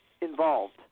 involved